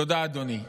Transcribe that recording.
תודה, אדוני.